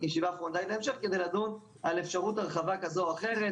ישיבה פרונטאלית להמשך כדי לדון על אפשרות הרחבה כזו או אחרת